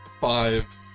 five